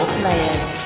players